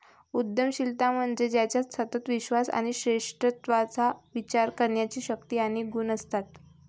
उद्यमशीलता म्हणजे ज्याच्यात सतत विश्वास आणि श्रेष्ठत्वाचा विचार करण्याची शक्ती आणि गुण असतात